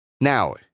Now